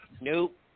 Nope